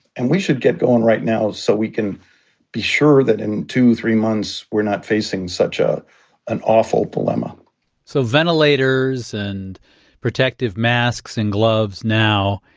and we should get going right now so we can be sure that in two three months, we're not facing such ah an awful dilemma so, ventilators and protective masks and gloves now,